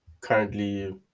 currently